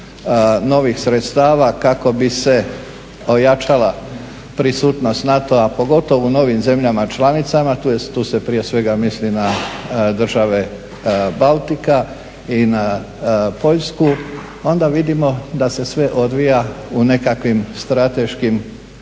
novih sredstava kako bi se ojačala prisutnost NATO-a, pogotovo u novim zemljama članicama, tu se prije svega misli na države Baltika i na Poljsku, onda vidimo da se sve odvija u nekakvim strateškim,